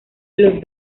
los